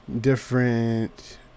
different